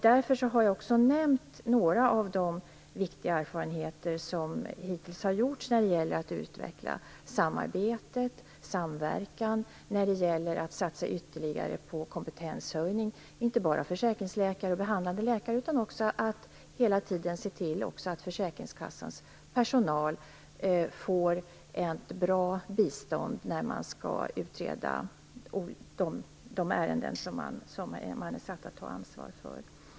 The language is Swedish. Därför har jag också nämnt några av de viktiga erfarenheter som hittills har gjorts när det gäller att utveckla samarbetet, samverkan och ytterligare satsning på kompetenshöjning. Detta skall inte bara gälla försäkringsläkare och behandlande läkare, utan man får hela tiden se till att även försäkringskassans personal får ett bra bistånd när de skall utreda de ärenden som de är satta att ta ansvar för.